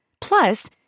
Plus